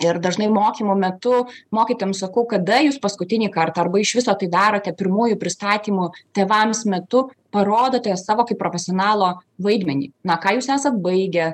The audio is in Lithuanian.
ir dažnai mokymų metu mokytojam sakau kada jūs paskutinį kartą arba iš viso tai darote pirmųjų pristatymų tėvams metu parodote savo kaip profesionalo vaidmenį na ką jūs esat baigę